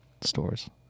Stores